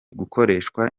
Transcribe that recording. gukoreshwa